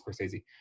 scorsese